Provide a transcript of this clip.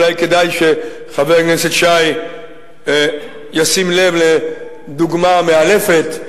אולי כדאי שחבר הכנסת שי ישים לב לדוגמה מאלפת,